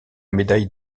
médaille